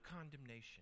condemnation